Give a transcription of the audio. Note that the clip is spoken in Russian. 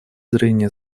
зрения